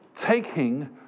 taking